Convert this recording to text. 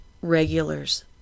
regulars